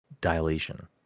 dilation